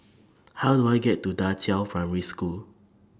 How Do I get to DA Qiao Primary School